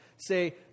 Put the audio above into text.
say